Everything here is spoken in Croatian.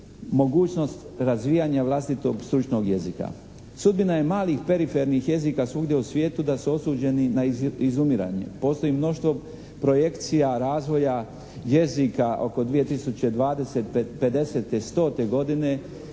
mogućnost razvijanja vlastitog stručnog jezika. Sudbina je malih perifernih jezika svugdje u svijetu da ste otuđeni na izumiranje. Postoji mnoštvo projekcija razvoja jezika oko 2020., 2100. i